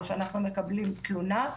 או שאנחנו מקבלים תלונה,